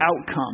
outcome